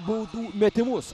baudų metimus